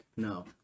No